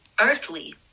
earthly